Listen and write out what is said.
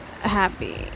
happy